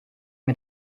mir